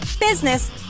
business